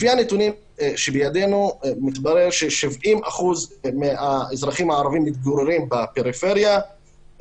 לפי הנתונים שבידינו מתברר ש-70% מהאזרחים הערבים מתגוררים בפריפריה,